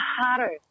harder